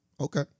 Okay